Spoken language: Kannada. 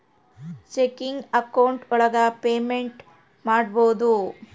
ಚೆಕಿಂಗ್ ಅಕೌಂಟ್ ಒಳಗ ಪೇಮೆಂಟ್ ಮಾಡ್ಬೋದು